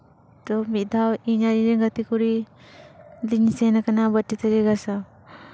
ᱛᱚ ᱢᱤᱫ ᱫᱷᱟᱣ ᱤᱧ ᱟᱨ ᱤᱧ ᱨᱮᱱ ᱜᱟᱛᱮ ᱠᱩᱲᱤ ᱞᱤᱧ ᱥᱮᱱ ᱠᱟᱱᱟ ᱵᱟᱹᱴᱤ ᱛᱷᱟᱹᱨᱤ ᱜᱟᱥᱟᱣ